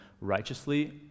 righteously